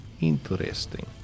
interesting